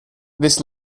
this